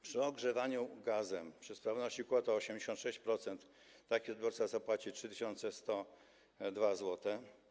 Przy ogrzewaniu gazem, przy sprawności kotła 86%, taki odbiorca zapłaci 3102 zł.